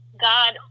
God